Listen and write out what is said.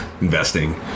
investing